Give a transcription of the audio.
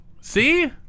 See